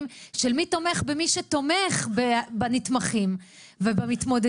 של מי שתומך במי שתומך בנתמכים ובמתמודדים.